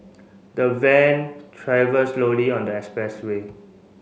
the van travelled slowly on the expressway